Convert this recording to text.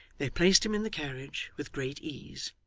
they placed him in the carriage with great ease,